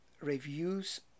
reviews